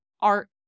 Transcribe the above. art